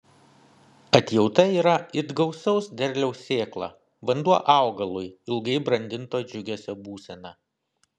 atjauta yra it gausaus derliaus sėkla vanduo augalui ilgai brandinto džiugesio būsena